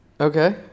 Okay